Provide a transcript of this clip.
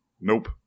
Nope